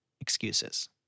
excuses